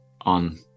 on